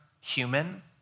human